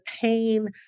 pain